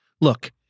Look